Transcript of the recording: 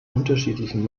unterschiedlichen